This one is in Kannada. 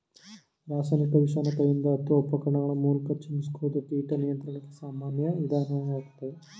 ರಾಸಾಯನಿಕ ವಿಷನ ಕೈಯಿಂದ ಅತ್ವ ಉಪಕರಣಗಳ ಮೂಲ್ಕ ಚಿಮುಕಿಸೋದು ಕೀಟ ನಿಯಂತ್ರಣಕ್ಕೆ ಸಾಮಾನ್ಯ ವಿಧಾನ್ವಾಗಯ್ತೆ